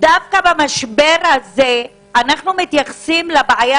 דווקא במשבר הזה אנחנו מתייחסים לבעיה